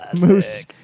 Moose